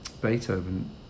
Beethoven